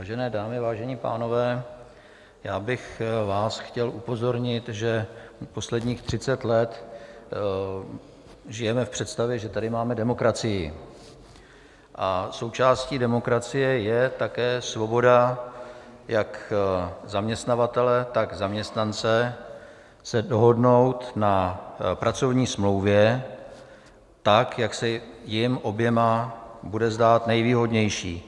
Vážené dámy, vážení pánové, já bych vás chtěl upozornit, že posledních 30 let žijeme v představě, že tady máme demokracii, a součástí demokracie je také svoboda jak zaměstnavatele, tak zaměstnance se dohodnout na pracovní smlouvě tak, jak se jim oběma bude zdát nejvýhodnější.